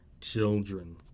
children